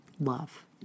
love